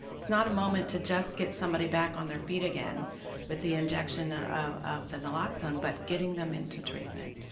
it's not a moment to just get somebody back on their feet again with the injection of the naloxone, but getting them into treatment,